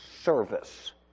service